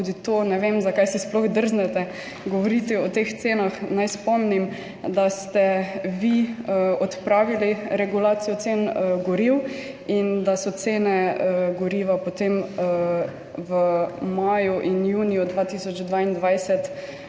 tudi to ne vem, zakaj si sploh drznete govoriti o teh cenah. Naj spomnim, da ste vi odpravili regulacijo cen goriv in da so cene goriva potem v maju in juniju 2022,